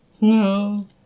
No